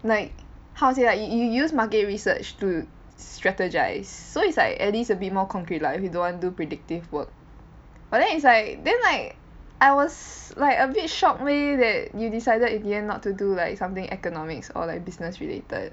like how to say like you you use market research to strategise so it's like at least a bit more concrete lah if you don't want do predictive work but then it's like then like I was like a bit shocked leh that you decided in the end not to do like something economics or like business related